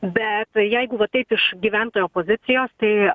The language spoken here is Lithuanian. bet jeigu va taip iš gyventojo pozicijos tai